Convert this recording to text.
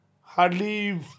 hardly